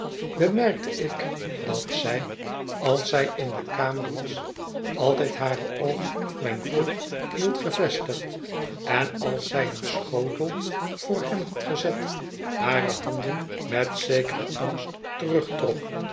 bemerkte ik dat zij als zij in de kamer was altijd hare oogen op mijn voogd hield gevestigd en als zij een schotel voor hem had gezet hare handen met zekeren angst